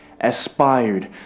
aspired